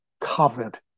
covered